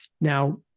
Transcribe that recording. Now